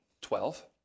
twelve